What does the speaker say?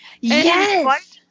Yes